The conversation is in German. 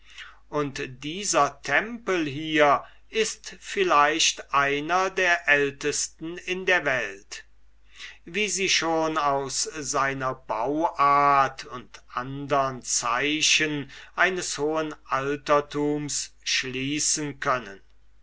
und dieser tempel hier ist vielleicht einer der ältesten in der welt wie sie schon aus seiner bauart und andern zeichen eines hohen altertums schließen können